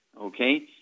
okay